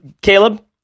Caleb